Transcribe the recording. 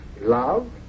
Love